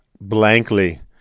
blankly